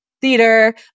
theater